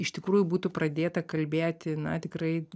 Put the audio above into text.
iš tikrųjų būtų pradėta kalbėti tikrai